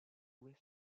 ouest